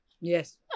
Yes